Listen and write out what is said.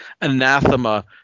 anathema